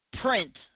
print